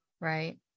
right